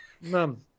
mum